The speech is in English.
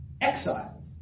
exiled